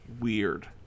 weird